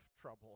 trouble